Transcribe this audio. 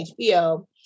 HBO